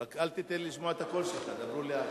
רק אל תיתן לי לשמוע את הקול שלך, דברו לאט.